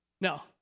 No